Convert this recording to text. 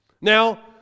Now